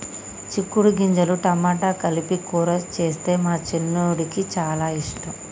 చిక్కుడు గింజలు టమాటా కలిపి కూర చేస్తే మా చిన్నోడికి చాల ఇష్టం